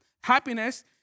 happiness